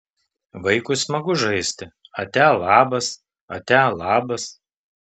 vaikui smagu žaisti atia labas atia labas